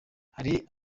hari